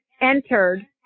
entered